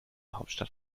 hauptstadt